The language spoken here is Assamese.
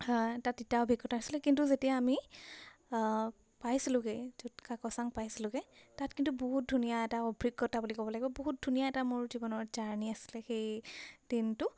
এটা তিতা অভিজ্ঞতা আছিলে কিন্তু যেতিয়া আমি পাইছিলোঁগৈ য'ত কাকচাং পাইছিলোঁগৈ তাত কিন্তু বহুত ধুনীয়া এটা অভিজ্ঞতা বুলি ক'ব লাগিব বহুত ধুনীয়া এটা মোৰ জীৱনৰ জাৰ্নি আছিলে সেই দিনটো